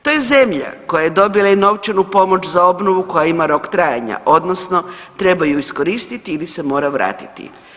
To je zemlja koja je dobila i novčanu pomoć za obnovu koja ima rok trajanja, odnosno treba ju iskoristiti ili se mora vratiti.